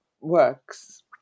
works